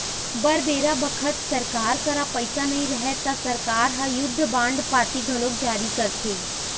बर बेरा बखत सरकार करा पइसा नई रहय ता सरकार ह युद्ध बांड पाती घलोक जारी करथे